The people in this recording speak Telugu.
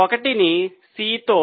ఒకటిని C తో